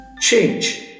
Change